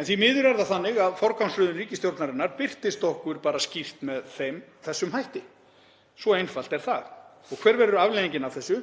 En því miður er það þannig að forgangsröðun ríkisstjórnarinnar birtist okkur bara skýrt með þessum hætti. Svo einfalt er það. Og hver verður afleiðingin af þessu?